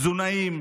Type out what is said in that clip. תזונאים,